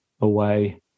away